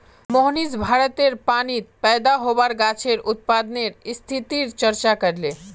मोहनीश भारतेर पानीत पैदा होबार गाछेर उत्पादनेर स्थितिर चर्चा करले